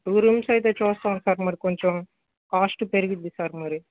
two rooms అయితే చూస్తాం sir మరి కొంచం కాస్ట్ పెరిగిద్ది సార్ మరి